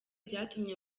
byatumye